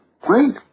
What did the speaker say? Great